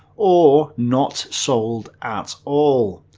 or not sold at all.